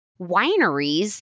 wineries